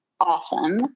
awesome